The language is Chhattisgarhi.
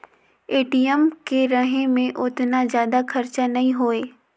ए.टी.एम के रहें मे ओतना जादा खरचा नइ होए